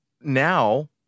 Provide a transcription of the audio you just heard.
now